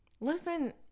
Listen